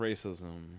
Racism